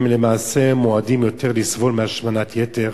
הם למעשה מועדים יותר לסבול מהשמנת יתר,